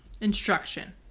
instruction